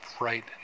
right